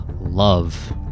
Love